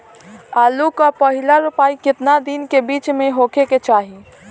आलू क पहिला रोपाई केतना दिन के बिच में होखे के चाही?